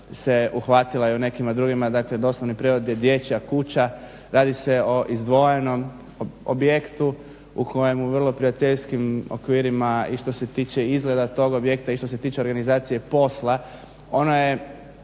se uhvatila dakle i u nekima drugima. Dakle, doslovni prijevod je dječja kuća. Radi se o izdvojenom objektu u kojemu u vrlo prijateljskim okvirima i što se tiče izgleda tog objekta i što se tiče organizacije posla, ona je